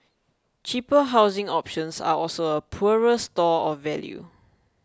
cheaper housing options are also a poorer store of value